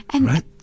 Right